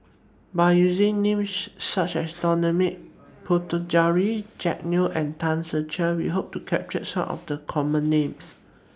By using Names such as Dominic Puthucheary Jack Neo and Tan Ser Cher We Hope to capture Some of The Common Names